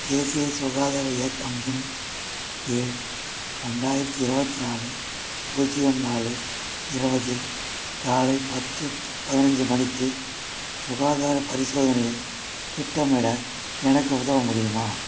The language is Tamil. தேசிய சுகாதார இயக்கம் இன் கீழ் ரெண்டாயிரத்து இருபத்து நாலு பூஜ்யம் நாலு இருபதில் காலை பத்து பதினைஞ்சு மணிக்கு சுகாதாரப் பரிசோதனையைத் திட்டமிட எனக்கு உதவ முடியுமா